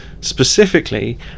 specifically